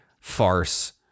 farce